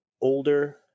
older